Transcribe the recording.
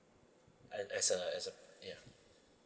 and as a as a yeah